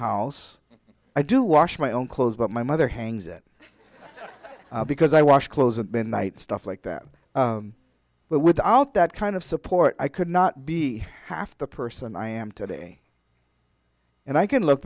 house i do wash my own clothes but my mother hangs it because i wash clothes and been night stuff like that but without that kind of support i could not be half the person i am today and i can look